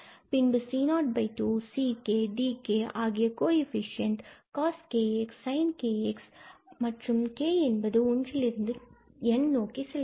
பின்பு c02 ck and dk ஆகியவை coefficient coskx and sinkx k என்பது ஒன்றிலிருந்து N ஐ நோக்கி செல்கிறது